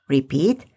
Repeat